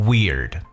Weird